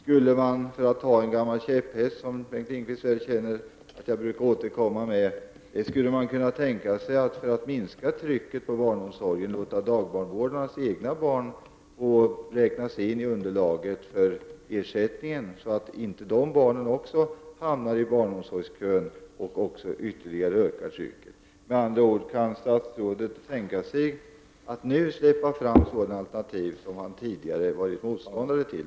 Kan man tänka sig att man — detta är en gammal käpphäst som statsrådet vet att jag brukar återkomma till — för att minska trycket på barnomsorgen låter dagbarnvårdarnas egna barn räknas in i underlaget för ersättningen, så att inte de barnen hamnar i barnomsorgskön och ytterligare ökar trycket? Kan statsrådet nu tänka sig att släppa fram sådana alternativ som han tidigare har varit motståndare till?